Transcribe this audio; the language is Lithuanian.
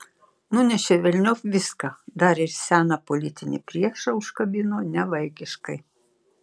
nunešė velniop viską dar ir seną politinį priešą užkabino nevaikiškai